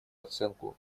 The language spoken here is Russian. оценку